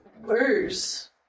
Worse